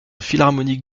philharmonique